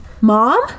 Mom